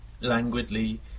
Languidly